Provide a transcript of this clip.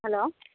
hello